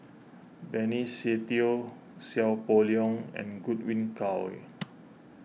Benny Se Teo Seow Poh Leng and Godwin Koay